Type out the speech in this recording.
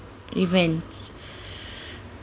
even